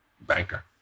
banker